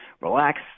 relax